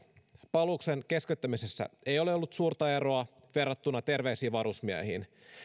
palveluksen keskeyttämisessä ei ole ollut suurta eroa verrattuna terveisiin varusmiehiin